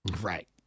Right